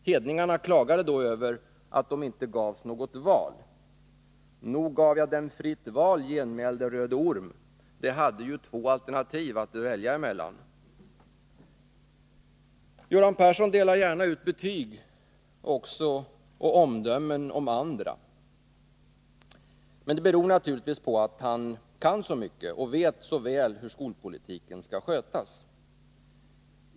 Hedningarna klagade då över att det inte gavs något val. Nog gav jag dem fritt val, genmälde Röde Orm. De hade ju två alternativ att välja emellan! Göran Persson delar gärna ut betyg och omdömen om andra. Med det beror naturligtvis på att han kan så mycket och vet så väl hur skolpolitiken skall skötas.